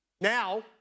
now